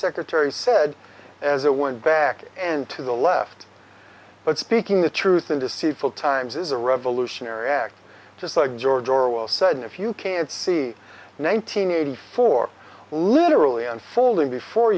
secretary said as it went back and to the left but speaking the truth and deceitful times is a revolutionary act just like george orwell said if you can't see nineteen eighty four literally unfolding before